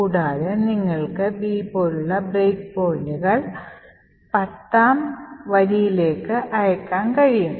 കൂടാതെ നിങ്ങൾക്ക് b പോലുള്ള ബ്രേക്ക് പോയിന്റുകൾ 10 ാം വരിയിലേക്ക് അയയ്ക്കാൻ കഴിയും